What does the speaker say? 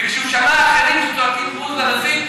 וכשהוא שמע אחרים צועקים בוז לנשיא,